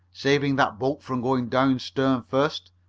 saving that boat from going down stern first,